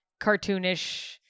cartoonish